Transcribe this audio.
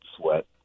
sweat